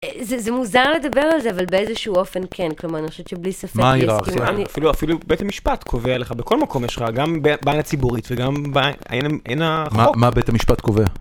זה מוזר לדבר על זה, אבל באיזשהו אופן כן, כלומר, אני חושבת שבלי ספק בלי ספק. אפילו בית המשפט קובע לך בכל מקום, יש לך גם בעין הציבורית וגם בעין החוק. מה בית המשפט קובע?